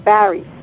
Barry